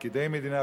פקידי מדינה,